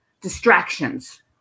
distractions